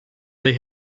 they